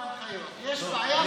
יש בעיה בחתונות.